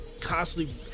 constantly